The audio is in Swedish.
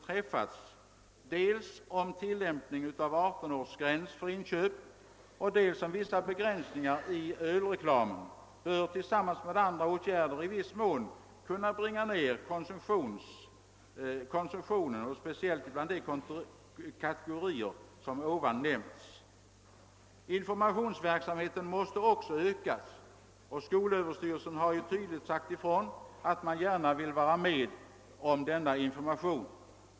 träffats dels om tillämpning av 18-årsgräns för inköp, dels om vissa begränsningar i ölreklamen bör tillsammans med andra åtgärder i viss mån kunna bringa ned konsumtionen, speciellt hos de kategorier som nyss nämnts. Informationsverksamheten måste också ökas. Skolöverstyrelsen har tydligt sagt ifrån, att den gärna vill vara med om sådan information.